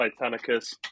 Titanicus